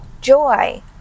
joy